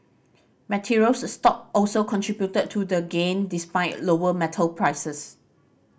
materials stock also contributed to the gain despite lower metal prices